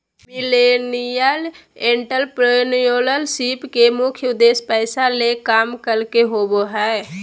millennial entrepreneurship के मुख्य उद्देश्य पैसा ले काम करे के होबो हय